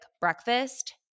breakfast